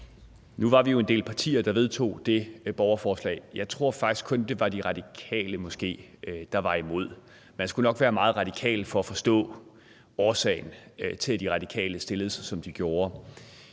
Nu var vi jo en del partier, der vedtog det borgerforslag. Jeg tror faktisk, at det måske kun var De Radikale, der var imod. Man skulle nok være meget radikal for at forstå årsagen til, at De Radikale stillede sig, som de gjorde.